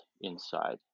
inside